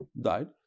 died